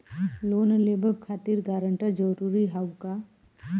Loan लेवब खातिर guarantor जरूरी हाउ का?